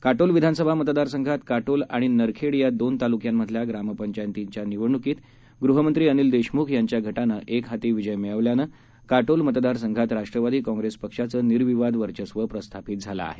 काटोलविधानसभामतदारसंघातकाटोलआणिनरखेडयादोनतालुक्यांमधल्याग्राम पंचायतीच्यानिवडणुकीतगृहमंत्रीअनिलदेशमुखयांच्यागटानंएकहातीविजयमिळवल्यानं काटोलमतदारसंघातराष्ट्रवादीकाँग्रेसपक्षाचेनिर्विवादवर्चस्वप्रस्थापितझालंआहे